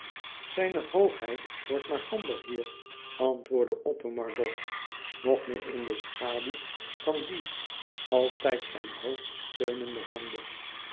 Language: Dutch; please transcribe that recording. zijne hoogheid wordt maar somber hier antwoordde othomar dof nog meer in de schaduw van die altijd zijn hoofd steunende handen